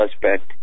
suspect